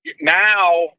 now